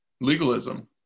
Legalism